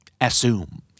Assume